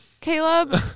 Caleb